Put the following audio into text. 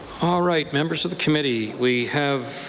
all right. members of the committee, we have